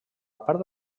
part